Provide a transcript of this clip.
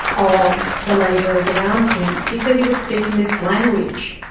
of the laborers around him because he was speaking this language.